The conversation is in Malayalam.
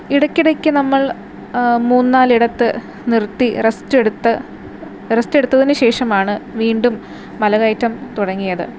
ഇടയ്ക്കിടയ്ക്ക് നമ്മൾ മൂന്നു നാലിടത്ത് നിർത്തി റസ്റ്റ് എടുത്തു റസ്റ്റ് എടുത്തത്തിന് ശേഷമാണ് വീണ്ടും മലകയറ്റം തുടങ്ങിയത്